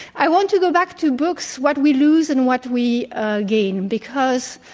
i want to go back to books what we lose and what we gain because